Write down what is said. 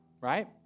right